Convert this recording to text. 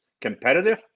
competitive